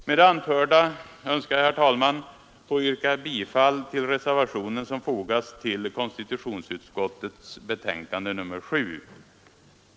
Med det anförda önskar jag, herr talman, yrka bifall till reservationen som fogats till konstitutionsutskottets betänkande nr 7.